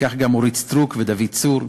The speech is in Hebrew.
וכך גם אורית סטרוק ודוד צור.